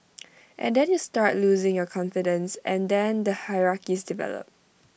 and then you start losing your confidence and then the hierarchies develop